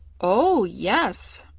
oh, yes,